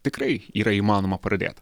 tikrai yra įmanoma pradėt